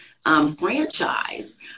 franchise